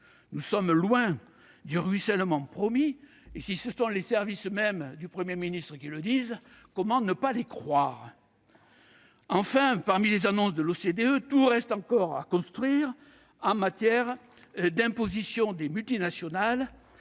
Nous sommes loin du « ruissellement » promis- si les services du Premier ministre le disent eux-mêmes, comment ne pas les croire ? Enfin, malgré les annonces de l'OCDE, tout reste encore à construire en matière d'imposition des multinationales,